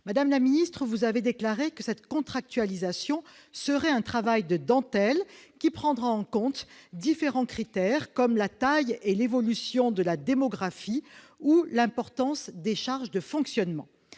Madame la ministre, vous avez déclaré que cette contractualisation serait un « travail de dentelle » qui prendrait en compte différents critères, comme la taille de l'agglomération, l'évolution de sa démographie ou l'importance des charges de fonctionnement.